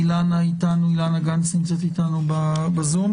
אילנה גנס נמצאת איתנו בזום.